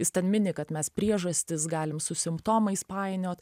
jis ten mini kad mes priežastis galim su simptomais painiot